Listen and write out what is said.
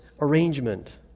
arrangement